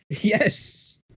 Yes